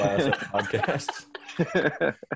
podcasts